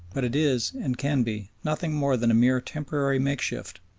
but it is, and can be, nothing more than a mere temporary makeshift,